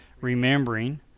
remembering